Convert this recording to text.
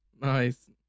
Nice